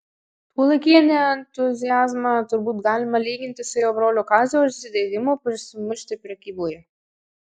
tuolaikinį entuziazmą turbūt galima lyginti su jo brolio kazio užsidegimu prasimušti prekyboje